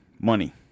money